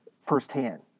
firsthand